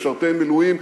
משרתי מילואים,